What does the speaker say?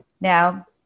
Now